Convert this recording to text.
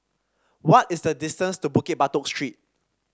what is the distance to Bukit Batok Street